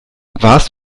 warst